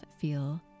feel